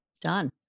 Done